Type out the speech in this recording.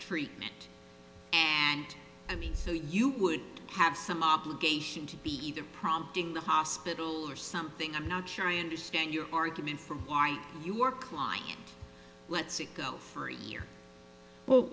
treatment and i mean that you would have some obligation to be either prompting the hospital or something i'm not sure i understand your argument for why you were kline lets it go for a year